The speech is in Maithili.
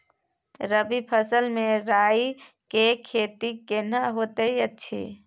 रबी फसल मे राई के खेती केहन होयत अछि?